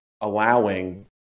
allowing